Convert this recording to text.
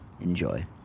enjoy